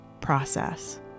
process